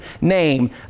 name